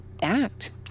act